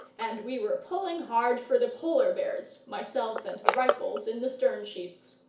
and we were pulling hard for the polar bears myself and the rifles in the stern-sheets.